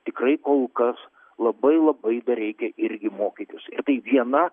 tikrai kol kas labai labai dar reikia irgi mokytis tai viena